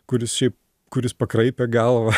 kuris šiaip kuris pakraipė galvą